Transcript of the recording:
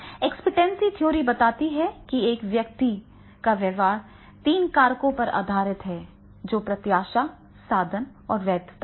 expectancy theory बताती है कि एक व्यक्ति का व्यवहार तीन कारकों पर आधारित होता है जो प्रत्याशा साधन और वैधता हैं